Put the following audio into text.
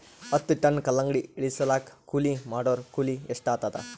ಹತ್ತ ಟನ್ ಕಲ್ಲಂಗಡಿ ಇಳಿಸಲಾಕ ಕೂಲಿ ಮಾಡೊರ ಕೂಲಿ ಎಷ್ಟಾತಾದ?